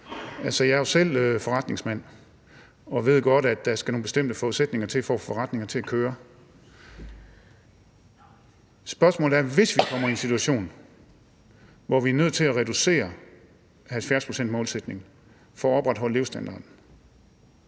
jeg er jo selv forretningsmand, og jeg ved godt, at der skal nogle bestemte forudsætninger til, for at få forretninger til at køre. Spørgsmålet er: Hvis vi kommer i en situation, hvor vi er nødt til at reducere 70-procentsmålsætningen for at opretholde levestandarden,